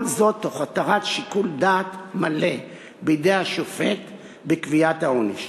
כל זאת תוך הותרת שיקול דעת מלא בידי השופט בקביעת העונש.